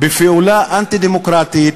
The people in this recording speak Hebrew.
בפעולה אנטי-דמוקרטית,